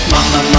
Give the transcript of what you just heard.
Mama